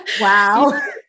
Wow